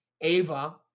Ava